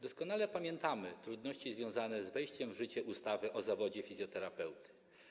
Doskonale pamiętamy trudności związane z wejściem w życie ustawy o zawodzie fizjoterapeuty.